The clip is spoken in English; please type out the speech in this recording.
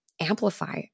amplify